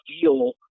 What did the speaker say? feel